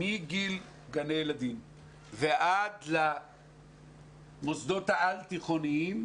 מגיל גני ילדים ועד למוסדות העל-תיכוניים,